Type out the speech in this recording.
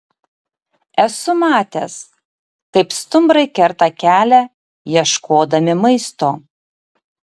esu matęs kaip stumbrai kerta kelią ieškodami maisto